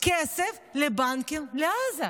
כסף לבנקים בעזה,